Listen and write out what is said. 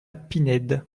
pinède